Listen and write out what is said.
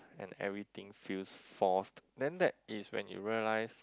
and everything feels forced then that's when you realise